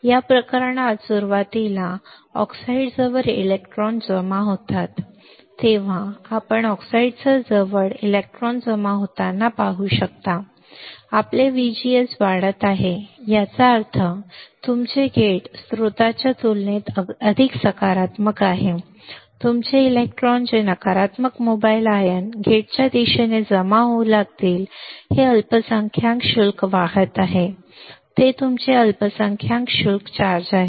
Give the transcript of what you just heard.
या प्रकरणात सुरुवातीला ऑक्साईडजवळ इलेक्ट्रॉन जमा होतात तेव्हा आपण ऑक्साईडच्या जवळ इलेक्ट्रॉन जमा होताना पाहू शकता जेव्हा आपले VGS वाढत आहे याचा अर्थ तुमचे गेट स्त्रोताच्या तुलनेत अधिक सकारात्मक आहे तुमचे इलेक्ट्रॉन जे नकारात्मक मोबाइल आयन गेटच्या दिशेने जमा होऊ लागतील हे अल्पसंख्याक शुल्क वाहक आहेत हे तुमचे अल्पसंख्याक शुल्क वाहक आहेत